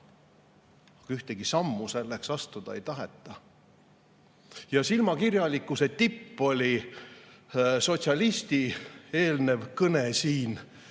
Ühtegi sammu selleks astuda ei taheta. Ja silmakirjalikkuse tipp oli sotsialisti eelnev kõne siin.